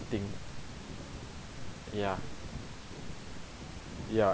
thing ya ya